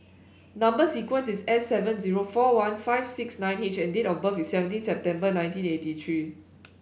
number sequence is S seven zero four one five six nine H and date of birth is seventeen September nineteen eighty three